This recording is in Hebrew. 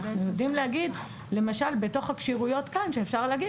אנחנו יודעים להגיד למשל בתוך הכשירויות כאן שאפשר להגיד